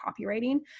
copywriting